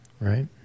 right